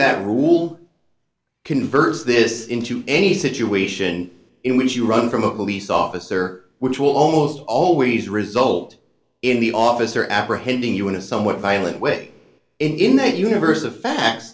that rule converts this in to any situation in which you run from a police officer which will almost always result in the officer apprehending you in a somewhat violent way in that universe of fact